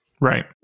Right